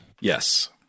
Yes